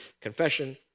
confession